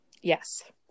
Yes